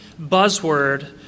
buzzword